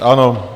Ano.